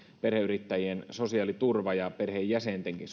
perheyrittäjien sosiaaliturvaa ja perheenjäsentenkin